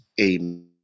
Amen